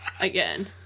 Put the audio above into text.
Again